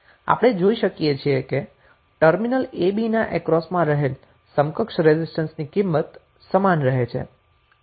આપણે જોઈ શકીએ છીએ કે ટર્મિનલ ab ના અક્રોસમાં રહેલો સમકક્ષ રેઝિસ્ટન્સ ની કિંમત સમાન રહે છે જે R છે